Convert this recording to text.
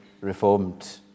Reformed